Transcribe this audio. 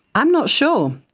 i'm not sure.